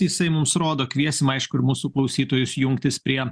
jisai mums rodo kviesim aišku ir mūsų klausytojus jungtis prie